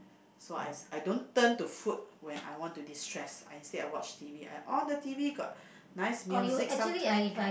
so I I don't turn to food when I want to destress I instead I watch T_V I on the T_V got nice music sometime